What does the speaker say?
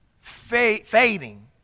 fading